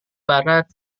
barat